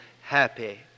happy